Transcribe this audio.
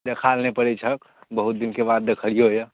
देखाल नहि पड़ै छहक बहुत दिनके बाद देखलिअ हँ